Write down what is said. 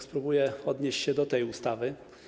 Spróbuję odnieść się do tej ustawy.